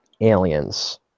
aliens